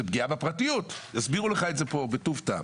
פגיעה בפרטיות והסבירו לך את זה כאן בטוב טעם.